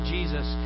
Jesus